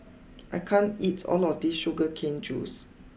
I can't eats all of this Sugar Cane juice